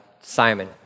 Simon